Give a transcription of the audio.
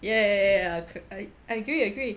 ya ya ya ah I I agree agree